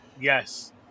Yes